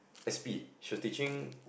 S_P she was teaching